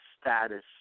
status